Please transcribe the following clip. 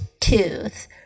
tooth